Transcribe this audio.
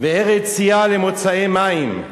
וארץ ציה למוצאי מים,